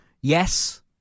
Yes